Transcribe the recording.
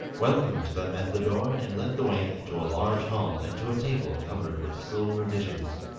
welcomed them at the door and led the way into a large hall and to a table covered with silver dishes.